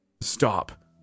Stop